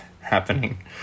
happening